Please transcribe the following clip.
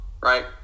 right